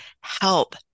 help